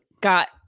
got